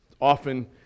often